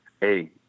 hey